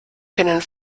können